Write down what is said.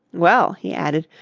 well, he added,